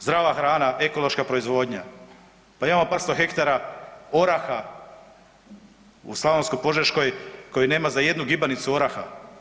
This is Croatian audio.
Zdrava hrana, ekološka proizvodnja, pa imamo par sto hektara oraha u slavonsko požeškoj koji nema za jednu gibanicu oraha.